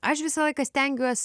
aš visą laiką stengiuos